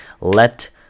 let